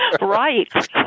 right